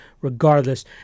Regardless